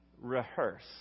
rehearse